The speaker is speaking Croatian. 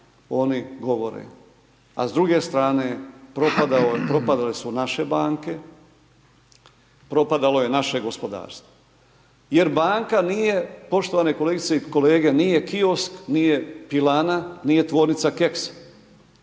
oni govore. A s druge strane propadale su naše banke, propadalo je naše gospodarstvo. Jer banka nije poštovane kolegice i kolege nije kiosk, nije pilana, nije tvornica keksa.